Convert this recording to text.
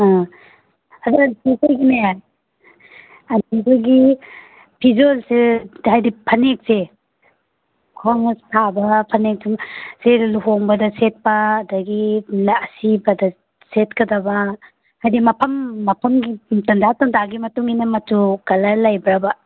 ꯑꯥ ꯍꯟꯗꯛ ꯑꯗꯨꯗꯒꯤ ꯐꯤꯖꯣꯜꯁꯦ ꯍꯥꯏꯗꯤ ꯐꯅꯦꯛꯁꯦ ꯈ꯭ꯋꯥꯡꯅ ꯁꯥꯕ ꯐꯅꯦꯛꯇꯨ ꯁꯦꯠꯂ ꯂꯨꯍꯣꯡꯕꯗ ꯁꯦꯠꯄ ꯑꯗꯒꯤ ꯑꯁꯤꯕꯗ ꯁꯦꯠꯀꯗꯕ ꯍꯥꯏꯗꯤ ꯃꯐꯝ ꯃꯐꯝꯒꯤ ꯇꯥꯟꯖꯥ ꯇꯥꯟꯖꯥꯒꯤ ꯃꯇꯨꯡ ꯏꯟꯅ ꯃꯆꯨ ꯀꯂꯔ ꯂꯩꯕ꯭ꯔꯥꯕ